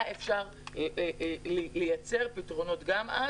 היה אפשר ליצור פתרונות גם אז,